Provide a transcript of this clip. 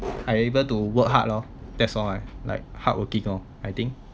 I able to work hard lor that's all like like hardworking lor I think